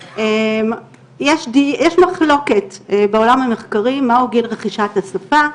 יש מחלוקת בעולם המחקרי מהו הגיל לרכישת השפה.